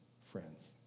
friends